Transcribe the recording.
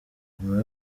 nyuma